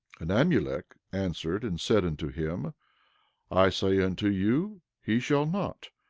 and amulek answered and said unto him i say unto you he shall not,